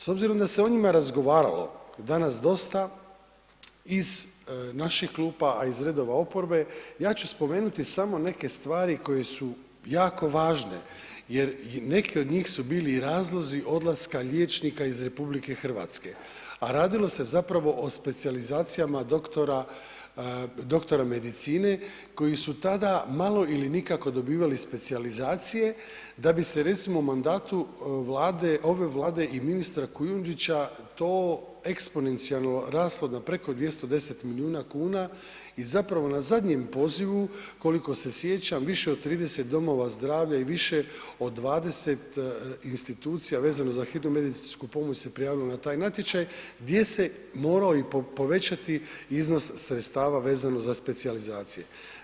S obzirom da se o njima razgovaralo danas dosta iz naših klupa a i iz redova oporbe, ja ću spomenuti samo neke stvari koje su jako važne jer i neke od njih su bili i razlozi odlaska liječnika iz RH a radilo se zapravo o specijalizacijama doktora medicine koji su tada malo ili nikako dobivali specijalizacije da bi se recimo u mandatu ove Vlade i ministra Kujundžića to eksponencijalno raslo na preko 210 milijuna kuna i zapravo na zadnjem pozivu koliko se sjećam više od 30 domova zdravlja i više od 20 institucija vezano za hitnu medicinsku pomoć se prijavilo na taj natječaj gdje se morao i povećati iznos sredstava vezano za specijalizacije.